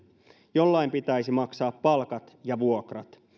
jollain pitäisi maksaa palkat ja vuokrat